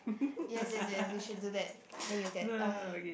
yes yes yes they should do that then you get ah